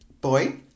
boy